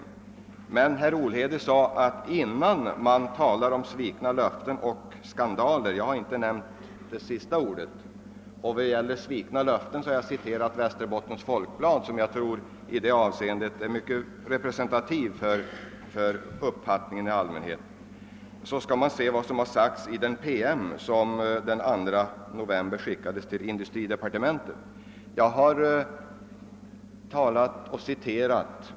Herr Olhede sade att man innan man talar om svikna löften och skandel borde läsa den promemoria som den 2 november skickades till industridepartementet. Jag har inte nämnt ordet skandal, och vad gäller »svikna löften» har jag citerai Västerbottens Folkblad, som jag tror är representativt i det avseendet för uppfattningen i allmänhet.